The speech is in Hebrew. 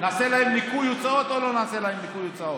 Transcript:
נעשה להם ניכוי הוצאות או לא נעשה להם ניכוי הוצאות.